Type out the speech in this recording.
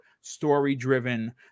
story-driven